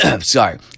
sorry